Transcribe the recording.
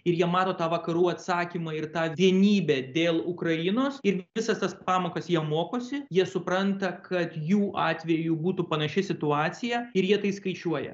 ir jie mato tą vakarų atsakymą ir tą vienybę dėl ukrainos ir visas tas pamokas jie mokosi jie supranta kad jų atveju būtų panaši situacija ir jie tai skaičiuoja